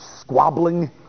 squabbling